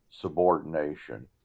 subordination